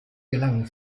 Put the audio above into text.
gelangen